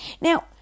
Now